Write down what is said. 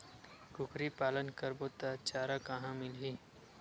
कुकरी पालन करबो त चारा कहां मिलही?